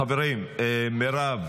חברים, מירב,